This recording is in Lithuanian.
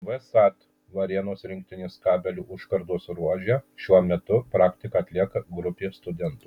vsat varėnos rinktinės kabelių užkardos ruože šiuo metu praktiką atlieka grupė studentų